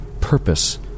purpose